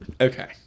Okay